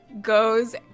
goes